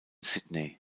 sydney